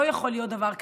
לא יכול להיות דבר כזה.